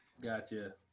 gotcha